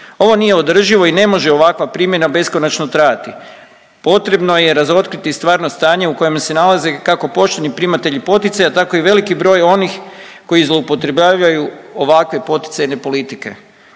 Ovo nije održivo i ne može ovakva primjena beskonačno trajati, potrebno je razotkriti stvarno stanje u kojem se nalaze, kako početni primatelji poticaja, tako i veliki broj onih koji zloupotrebljavaju ovakve poticajne politike.